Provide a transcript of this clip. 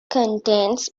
contains